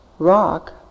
rock